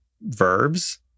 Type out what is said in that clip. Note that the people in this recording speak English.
verbs